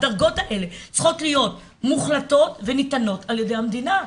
הדרגות האלה צריכות להיות מוחלטות וניתנות ע"י המדינה,